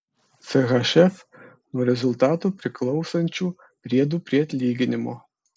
chf nuo rezultatų priklausančių priedų prie atlyginimo